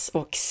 och